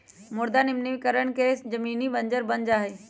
मृदा निम्नीकरण से जमीन बंजर बन जा हई